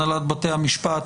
הנהלת בתי המשפט,